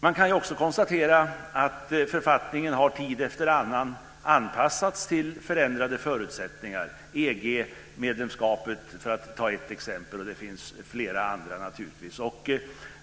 Man kan också konstatera att författningen tid efter annan har anpassats till förändrade förutsättningar: EG-medlemskapet, för att ta ett exempel. Det finns flera andra, naturligtvis.